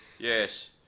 Yes